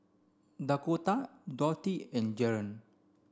Dakoda Dorthy and Jaron